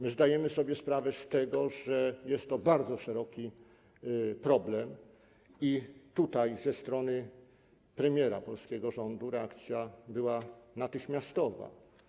My zdajemy sobie sprawę z tego, że jest to bardzo szeroki problem i ze strony premiera polskiego rządu reakcja była natychmiastowa.